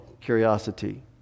Curiosity